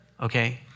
Okay